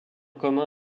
commun